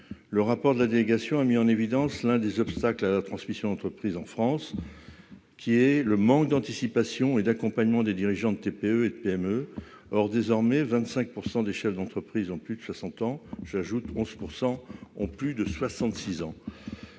le rapport de la délégation, a mis en évidence l'un des obstacles à la transmission d'entreprise en France, qui est le manque d'anticipation et d'accompagnement des dirigeants de TPE et PME or désormais 25 % des chefs d'entreprise ont plus de 60 ans j'ajoute 11 % ont plus de 66 ans